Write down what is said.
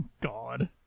God